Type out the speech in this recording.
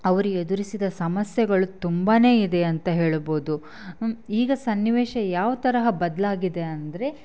ಅವರು ಎದುರಿಸಿದ ಸಮಸ್ಯೆಗಳು ತುಂಬಾ ಇದೆ ಅಂತ ಹೇಳ್ಬೋದು ಈಗ ಸನ್ನಿವೇಶ ಯಾವ ತರಹ ಬದಲಾಗಿದೆ ಅಂದರೆ